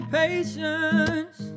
patience